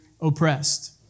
oppressed